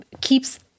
keeps